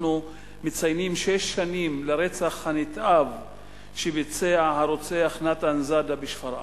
אנחנו מציינים שש שנים לרצח הנתעב שביצע הרוצח נתן זאדה בשפרעם.